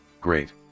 Great